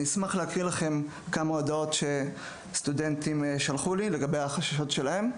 אני אשמח להכיר לכם כמה הודעות שסטודנטים שלחו לי לגבי החששות שלהם: